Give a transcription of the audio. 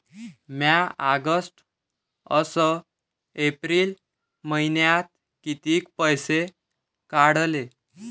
म्या ऑगस्ट अस एप्रिल मइन्यात कितीक पैसे काढले?